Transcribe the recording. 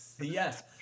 Yes